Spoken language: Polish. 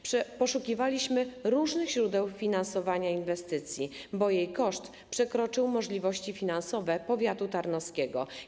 Poszukiwaliśmy różnych źródeł finansowania inwestycji, bo jej koszt przekroczył możliwości finansowe powiatu tarnowskiego.